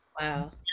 Wow